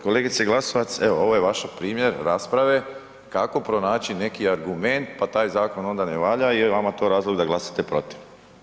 Kolegice Glasovac, evo ovo je vaš primjer rasprave kako pronaći neki argument pa taj zakon onda ne valja jer vama to razlog da glasate protiv.